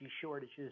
shortages